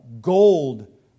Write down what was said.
gold